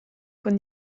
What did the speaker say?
con